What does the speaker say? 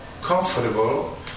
comfortable